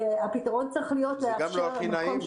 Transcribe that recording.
הפתרון צריך להיות לאפשר לה מקום שהיא